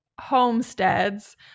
homesteads